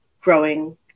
growing